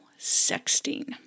sexting